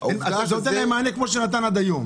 אתה נותן להם מענה כמו שניתן עד היום,